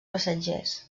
passatgers